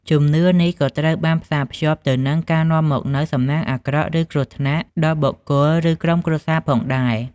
ជំនឿនេះក៏ត្រូវបានផ្សារភ្ជាប់ទៅនឹងការនាំមកនូវ សំណាងអាក្រក់ ឬគ្រោះថ្នាក់ ដល់បុគ្គល ឬក្រុមគ្រួសារផងដែរ។